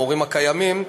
המורים הקיימים.